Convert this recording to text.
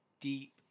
deep